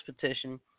petition